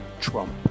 Trump